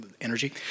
energy